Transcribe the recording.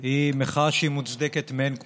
היא מחאה מוצדקת מאין כמותה,